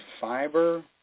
fiber